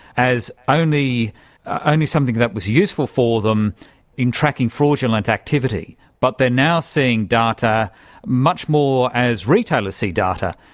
as only ah only something that was useful for them in tracking fraudulent activity. but they are now seeing data much more as retailers see data,